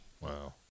Wow